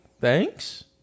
thanks